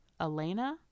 Elena